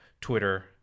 Twitter